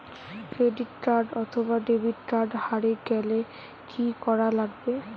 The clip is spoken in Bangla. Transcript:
ক্রেডিট কার্ড অথবা ডেবিট কার্ড হারে গেলে কি করা লাগবে?